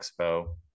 expo